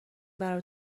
برا